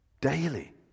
daily